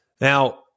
Now